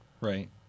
Right